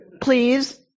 please